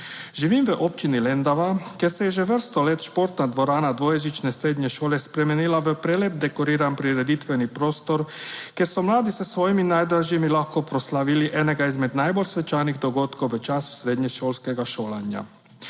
Živim v občini Lendava, kjer se je že vrsto let športna dvorana dvojezične srednje šole spremenila v prelep dekorirani prireditveni prostor, kjer so mladi s svojimi najdražjimi lahko proslavili enega izmed najbolj svečanih dogodkov v času srednješolskega šolanja.